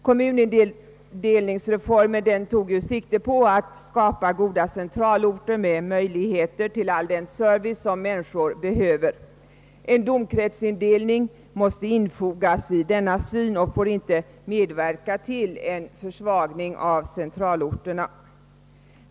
Kommunindelningsreformen tog sikte på att skapa goda centralorter med möjligheter till all den service som människorna behöver. En domkretsindelning måste infogas i detta system och får inte medverka till en försvagning av centralorterna.